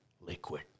liquid